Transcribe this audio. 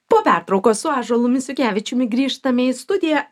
po pertraukos su ąžuolu misiukevičiumi grįžtame į studiją